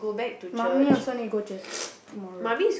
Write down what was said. mummy also need go church tomorrow